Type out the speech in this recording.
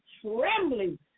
trembling